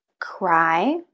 cry